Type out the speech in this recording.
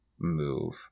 move